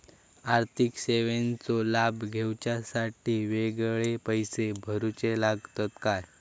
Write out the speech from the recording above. आर्थिक सेवेंचो लाभ घेवच्यासाठी वेगळे पैसे भरुचे लागतत काय?